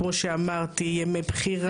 כמו שאמרתי ימי בחירה.